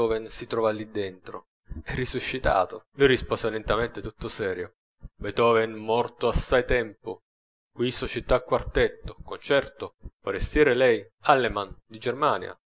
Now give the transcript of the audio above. si trova lì dentro è risuscitato lui rispose lentamente tutto serio beethoven morto assai tempo qui società quartetto concerto forestiere lei allemand di germania